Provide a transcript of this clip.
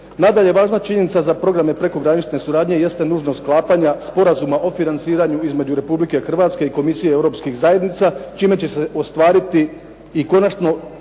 Nadalje, važna činjenica za programe prekogranične suradnje jest nužnost sklapanja Sporazuma o financiranju između Republike Hrvatske i komisije Europskih zajednica čime će se ostvariti i konačni